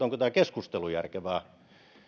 onko tämä keskustelu järkevää